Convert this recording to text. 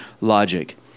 logic